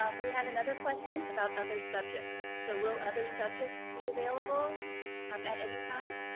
um we had another question about other subjects. so will other subjects be available um at any time,